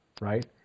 right